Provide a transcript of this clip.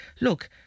look